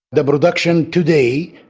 the production today,